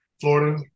Florida